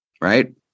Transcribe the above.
right